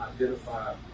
identify